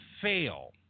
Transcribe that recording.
fail